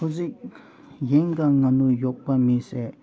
ꯍꯧꯖꯤꯛ ꯌꯦꯟꯒ ꯉꯥꯅꯨ ꯌꯣꯛꯄ ꯃꯤꯁꯦ